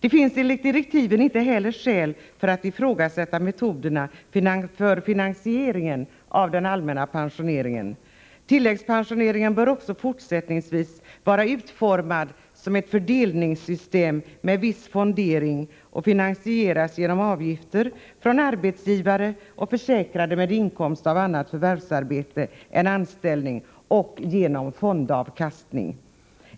Enligt direktiven finns inte heller skäl att ifrågasätta metoderna för finansieringen av den allmänna pensioneringen. Tilläggspensioneringen bör också fortsättningsvis vara utformad som ett fördelningssystem med viss fondering och finansieras genom avgifter från arbetsgivare och försäkrade med inkomst av annat förvärvsarbete än anställning samt genom fondavkastning.